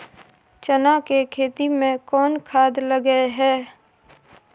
चना के खेती में कोन खाद लगे हैं?